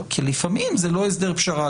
כי לפעמים זה לא הסדר פשרה.